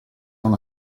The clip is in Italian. non